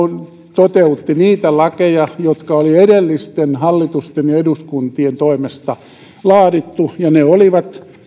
toteutti niitä lakeja jotka oli edellisten hallitusten ja eduskuntien toimesta laadittu ja ne olivat